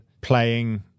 playing